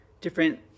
different